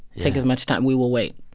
take as much time we will wait.